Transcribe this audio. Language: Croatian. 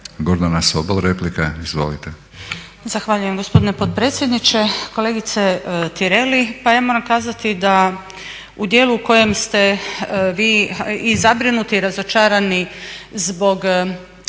**Sobol, Gordana (SDP)** Zahvaljujem gospodine potpredsjedniče. Kolegice Tireli, pa ja moram kazati da u dijelu u kojem ste vi i zabrinuti i razočarani zbog